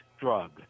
drug